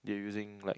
they were using like